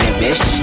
bitch